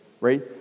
right